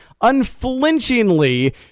unflinchingly